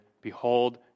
behold